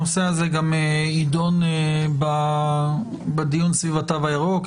הנושא הזה גם יידון בדיון סביב התו הירוק,